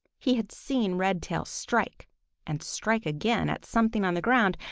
he had seen redtail strike and strike again at something on the ground,